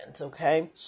okay